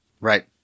Right